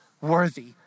worthy